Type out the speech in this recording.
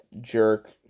jerk